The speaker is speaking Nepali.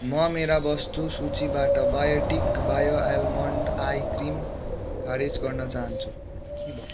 म मेरा वस्तु सूचीबाट बायोटिक बायो आल्मोन्ड आइक्रिम खारेज गर्न चाहन्छु